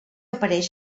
apareix